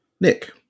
Nick